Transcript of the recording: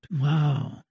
Wow